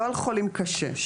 לא על חולים קשה.